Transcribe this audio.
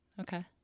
Okay